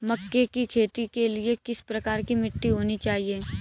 मक्के की खेती के लिए किस प्रकार की मिट्टी होनी चाहिए?